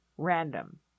random